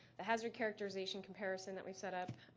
the hazard characterization comparison that we set up,